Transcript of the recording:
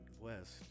West